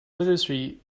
literacy